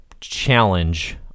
challenge